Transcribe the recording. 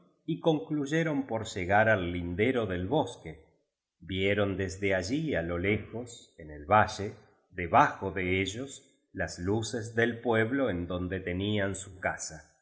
y concluyeron por llegar al linde ro del bosque vieron desde allí á lo lejos en el valle debajo de ellos las luces del pueblo en donde tenían su casa